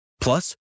Plus